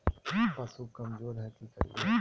पशु कमज़ोर है कि करिये?